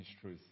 truth